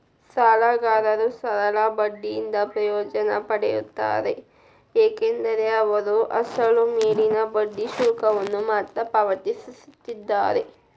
ಸಾಲಗಾರರು ಸರಳ ಬಡ್ಡಿಯಿಂದ ಪ್ರಯೋಜನ ಪಡೆಯುತ್ತಾರೆ ಏಕೆಂದರೆ ಅವರು ಅಸಲು ಮೇಲಿನ ಬಡ್ಡಿ ಶುಲ್ಕವನ್ನು ಮಾತ್ರ ಪಾವತಿಸುತ್ತಿದ್ದಾರೆ